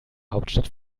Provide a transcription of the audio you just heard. hauptstadt